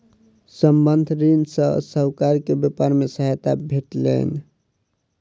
संबंद्ध ऋण सॅ साहूकार के व्यापार मे सहायता भेटलैन